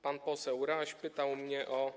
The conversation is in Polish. Pan poseł Raś pytał mnie o